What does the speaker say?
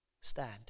stand